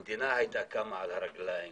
המדינה הייתה קמה על הרגליים